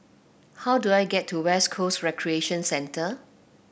how do I get to West Coast Recreation Centre